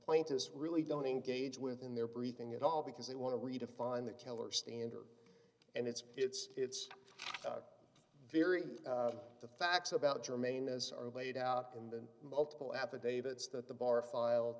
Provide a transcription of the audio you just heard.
point is really don't engage with in their briefing at all because they want to redefine the killer standard and it's it's it's very the facts about germane as are laid out in the multiple affidavit that the bar file